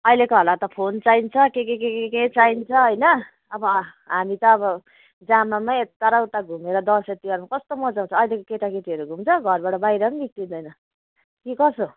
अहिलेकोहरूलाई त फोन चाहिन्छ के के के के के के चाहिन्छ होइन अब हामी त अब जामामै यता र उता घुमेर दसैँ तिहारमा कस्तो मज्जा आउँछ अहिलेको केटाकेटीहरू घुम्छ घरबाट बाहिर पनि नस्किँदैन कि कसो